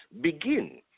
begin